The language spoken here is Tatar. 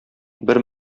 бер